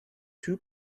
two